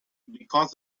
because